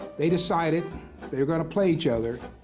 they decided they were gonna play each other.